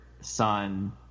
son